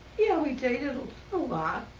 yeah, we dated a lot.